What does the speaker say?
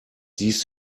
dies